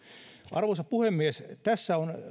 arvoisa puhemies tässä on